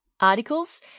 articles